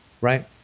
right